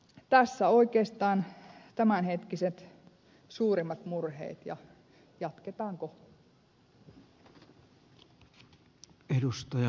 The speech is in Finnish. tässä oikeastaan tämänhetkiset suurimmat murheet ja jatketaan kohta